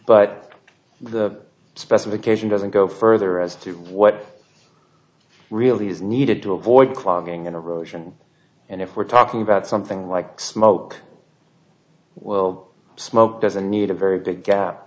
but the specification doesn't go further as to what really is needed to avoid clogging and erosion and if we're talking about something like smoke well smoke doesn't need a very big gap